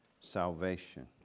salvation